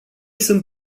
sunt